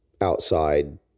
outside